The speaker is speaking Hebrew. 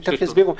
הם תיכף יסבירו.